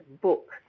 book